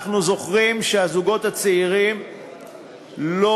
אנחנו זוכרים שהזוגות הצעירים לא